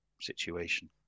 situation